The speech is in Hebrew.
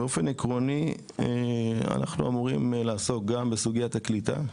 באופן עקרוני אנחנו אמורים לעסוק גם בסוגיית הקליטה,